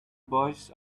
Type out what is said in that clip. boys